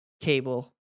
cable